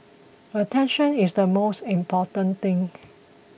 attention is the most important thing